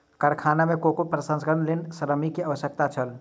कारखाना में कोको प्रसंस्करणक लेल श्रमिक के आवश्यकता छल